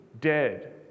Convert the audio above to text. dead